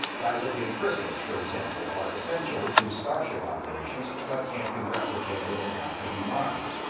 dilithium crystals, for example, are essential to starship operations, but can't be replicated and have to be mined.